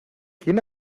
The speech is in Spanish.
quién